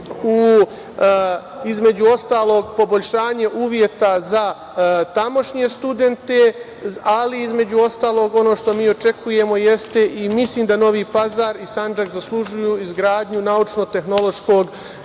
između ostalog u poboljšanje uslova za tamošnje studente, ali između ostalog ono što mi očekujemo jeste i mislim da Novi Pazar i Sandžak zaslužuju izgradnju naučno-tehnološkog